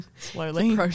slowly